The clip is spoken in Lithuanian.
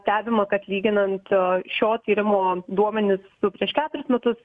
stebima kad lyginant šio tyrimo duomenis su prieš keturis metus